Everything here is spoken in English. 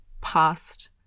past